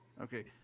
Okay